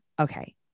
okay